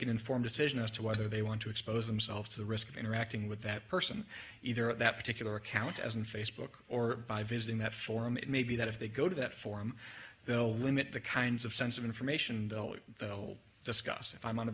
an informed decision as to whether they want to expose themselves to the risk of interacting with that person either at that particular account as in facebook or by visiting that forum it may be that if they go to that forum they'll limit the kinds of sense of information they'll discuss if i'm on